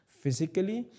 physically